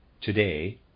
today